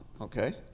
okay